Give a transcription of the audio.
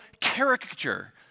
caricature